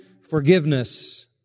forgiveness